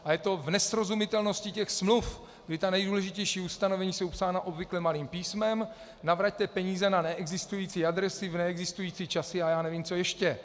Ale je to v nesrozumitelnosti těch smluv, kdy ta nejdůležitější ustanovení jsou psána obvykle malým písmem, navraťte peníze na neexistující adresy, v neexistující časy a já nevím co ještě.